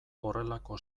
horrelako